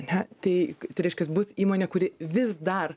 na tai tai reiškias bus įmonė kuri vis dar